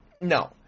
No